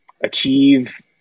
achieve